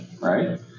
right